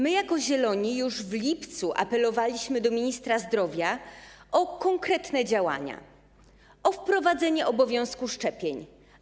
My jako Zieloni już w lipcu apelowaliśmy do ministra zdrowia o konkretne działania, o wprowadzenie obowiązku szczepień.